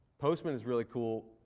postman is really cool.